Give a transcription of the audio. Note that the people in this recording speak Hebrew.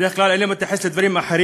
בדרך כלל אני לא מתייחס לדברים אחרים,